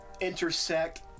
intersect